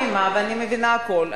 אני כבר לא תמימה ואני מבינה הכול.